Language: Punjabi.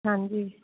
ਹਾਂਜੀ